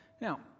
Now